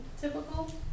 typical